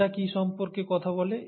এটা কি সম্পর্কে কথা বলে